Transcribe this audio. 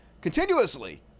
continuously